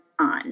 on